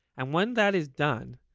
and when that is done,